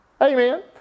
Amen